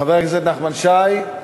חבר הכנסת נחמן שי?